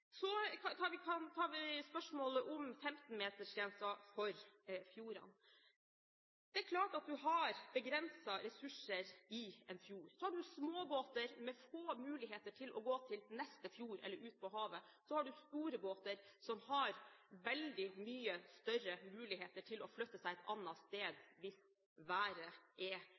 spørsmålet om 15-metersgrensen når det gjelder fjordene. Det er klart at man har begrensede ressurser i en fjord. Man har småbåter med få muligheter til å gå til neste fjord eller ut på havet, og så har man store båter som har mye større muligheter til å flytte seg til et annet sted hvis været er